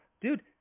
Dude